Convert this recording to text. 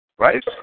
Right